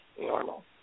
normal